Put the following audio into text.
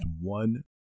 one